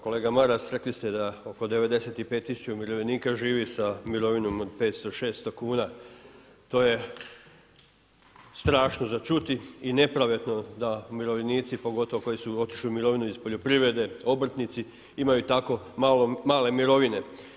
Kolega Maras rekli ste da oko 95 000 umirovljenika živi sa mirovinom od 500, 600 kuna. to je strašno za čuti i nepravedno da umirovljenici, pogotovo koji su otišli u mirovinu iz poljoprivrede, obrtnici imaju tako male mirovine.